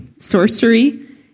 sorcery